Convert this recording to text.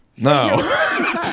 No